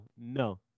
no